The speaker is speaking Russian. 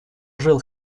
жил